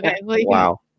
wow